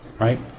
right